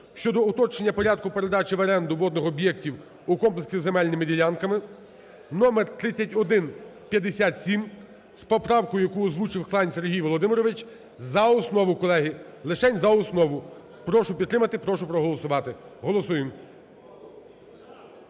щодо уточнення порядку передачі в оренду водних об'єктів у комплексі з земельними ділянками (№ 3157) з поправкою, яку під стенограму озвучив Хлань Сергій Володимирович, за основу, колеги. Лишень за основу. Прошу підтримати. Прошу проголосувати. Голосуємо,